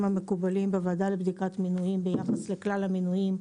המקובלים בוועדה לבדיקת מינויים ביחס לכלל המינויים.